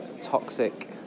toxic